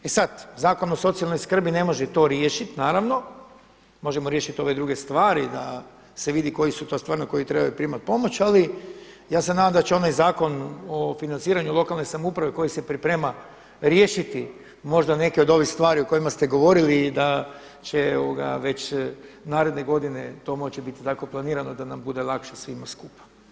E sad, Zakon o socijalnoj skrbi ne može to riješiti naravno, možemo riješiti ove druge stvari da se vidi koji su to stvarno koji trebaju primati pomoć, ali ja se nadam da će onaj zakon o financiranju lokalne samouprave koji se priprema riješiti, možda neke od ovih stvari o kojima ste govorili i da će već naredne godine to moći biti tako planirano da nam bude lakše svima skupa.